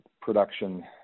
production